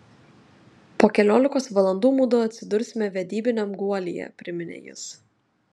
po keliolikos valandų mudu atsidursime vedybiniam guolyje priminė jis